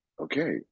okay